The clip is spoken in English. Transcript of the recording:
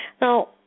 Now